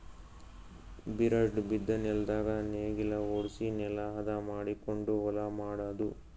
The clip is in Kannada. ಬರಡ್ ಬಿದ್ದ ನೆಲ್ದಾಗ ನೇಗಿಲ ಹೊಡ್ಸಿ ನೆಲಾ ಹದ ಮಾಡಕೊಂಡು ಹೊಲಾ ಮಾಡದು